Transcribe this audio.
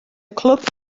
clwb